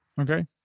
Okay